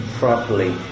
properly